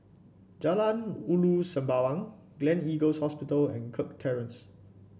Jalan Ulu Sembawang Gleneagles Hospital and Kirk Terrace